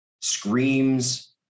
Screams